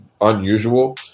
unusual